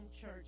church